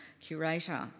curator